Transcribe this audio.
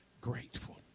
grateful